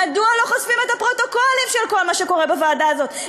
מדוע לא חושפים את הפרוטוקולים של כל מה שקורה בוועדה הזאת,